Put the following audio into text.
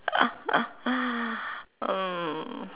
mm